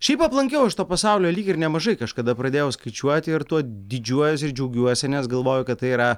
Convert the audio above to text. šiaip aplankiau aš to pasaulio lyg ir nemažai kažkada pradėjau skaičiuoti ir tuo didžiuojuosi ir džiaugiuosi nes galvoju kad tai yra